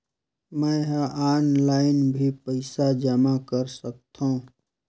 मैं ह ऑनलाइन भी पइसा जमा कर सकथौं?